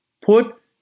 Put